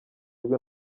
bwe